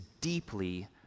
deeply